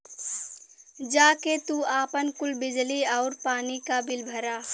जा के तू आपन कुल बिजली आउर पानी क बिल भरा